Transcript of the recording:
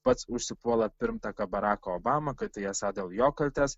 pats užsipuola pirmtaką baraką obamą kad tai esą dėl jo kaltės